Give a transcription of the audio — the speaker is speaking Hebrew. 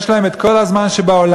יש להם את כל הזמן שבעולם,